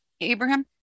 abraham